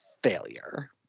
Failure